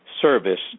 service